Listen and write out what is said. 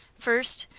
first,